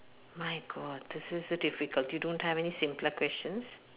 my god this is a difficult you don't have any simpler question